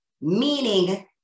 meaning